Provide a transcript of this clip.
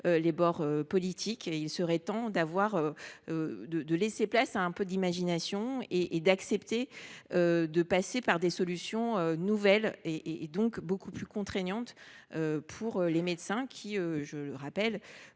les bords politiques. Il serait temps de laisser place à un peu d’imagination et d’accepter de passer par des solutions nouvelles, et beaucoup plus contraignantes pour les médecins. Certes,